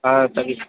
ஆ சரிங்க